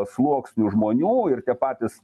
sluoksnių žmonių ir tie patys